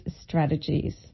strategies